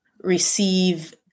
receive